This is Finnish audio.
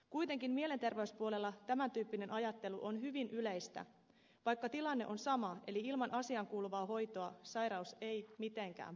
kuitenkin mielenterveyspuolella tämän tyyppinen ajattelu on hyvin yleistä vaikka tilanne on sama eli ilman asiaan kuuluvaa hoitoa sairaus ei mitenkään parane